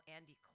Andy